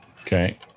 Okay